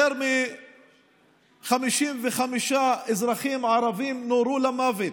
יותר מ-55 אזרחים ערבים נורו למוות,